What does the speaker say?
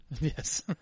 Yes